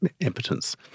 impotence